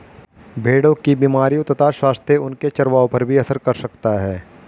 भेड़ों की बीमारियों तथा स्वास्थ्य उनके चरवाहों पर भी असर कर सकता है